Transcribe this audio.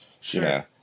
Sure